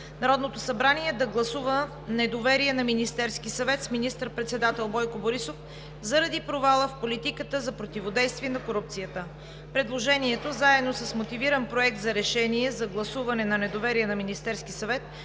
Народното събрание да гласува недоверие на Министерския съвет с министър-председател Бойко Борисов заради провала в политиката за противодействие на корупцията. Предложението, заедно с мотивиран Проект за решение за гласуване на недоверие на Министерския съвет,